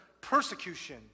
persecution